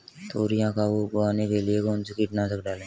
तोरियां को उगाने के लिये कौन सी कीटनाशक डालें?